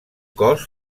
cos